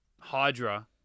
Hydra